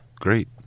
great